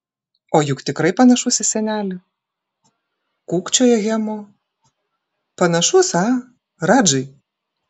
o juk tikrai panašus į senelį kūkčioja hemu panašus a radžai